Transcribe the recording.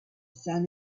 son